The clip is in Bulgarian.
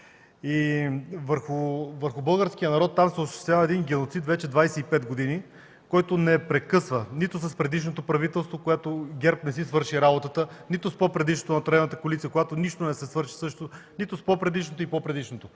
Върху българския народ там се осъществява геноцид вече 25 години, който не прекъсва – нито с предишното правителство, когато ГЕРБ не си свърши работата, нито с по-предишното – на тройната коалиция, когато също нищо не се свърши, нито с по-предишното и с по-предишното.